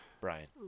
Brian